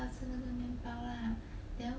that's it ya